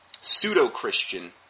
pseudo-Christian